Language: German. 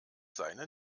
seine